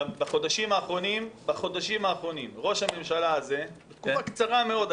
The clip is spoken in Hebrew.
בחודשים האחרונים ראש הממשלה הזה בתקופה קצרה מאוד,